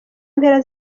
mpera